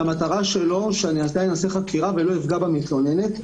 שהמטרה שלו היא שאני אחקור, ולא אפגע במתלוננת.